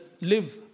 live